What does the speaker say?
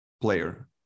player